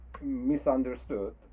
misunderstood